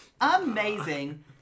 Amazing